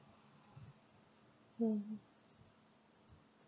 hmm